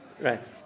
Right